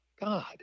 God